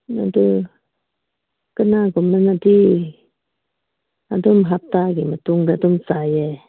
ꯑꯗꯣ ꯀꯅꯥꯒꯨꯝꯕꯅꯗꯤ ꯑꯗꯨꯝ ꯍꯞꯇꯥꯒꯤ ꯃꯇꯨꯡꯗ ꯑꯗꯨꯝ ꯆꯥꯏꯌꯦ